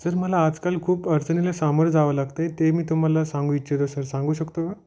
sir मला आजकाल खूप अडचणीला सामोरं जावं लागत आहे ते मी तुम्हाला सांगू इच्छितो सर सांगू शकतो का